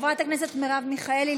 חברת הכנסת מרב מיכאלי,